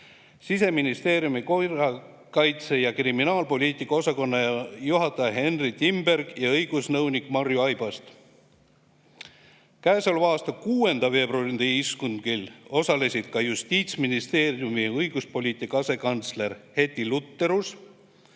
Siseministeeriumi korrakaitse- ja kriminaalpoliitika osakonna juhataja Henry Timberg ja õigusnõunik Marju Aibast. Käesoleva aasta 6. veebruari istungil osalesid ka Justiitsministeeriumi õiguspoliitika asekantsler Heddi Lutterus